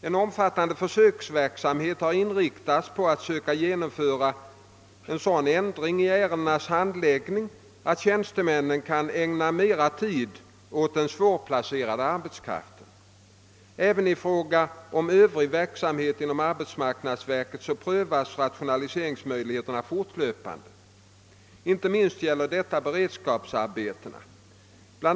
En omfattande försöksverksamhet har inriktats på att söka genomföra en sådan ändring i ärendenas handläggning att tjänstemännen kan ägna mera tid åt den svårplacerade arbetskraften. Även i fråga om Övrig verksamhet inom arbetsmarknadsverket prövas rationaliseringsmöjligheterna = fortlöpande. Inte minst gäller detta beredskapsarbetena. Bl.